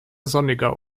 sonniger